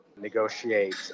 negotiate